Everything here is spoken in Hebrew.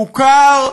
מוכר,